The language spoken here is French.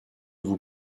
vous